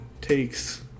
takes